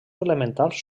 elementals